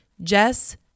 Jess